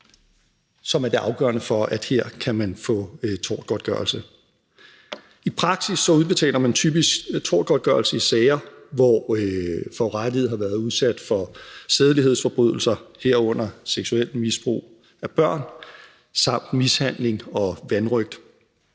som er det afgørende for, at man her kan få tortgodtgørelse. I praksis udbetaler man typisk tortgodtgørelse i sager, hvor forurettede har været udsat for sædelighedsforbrydelser, herunder seksuelt misbrug af børn, samt mishandling og vanrøgt.